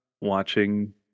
watching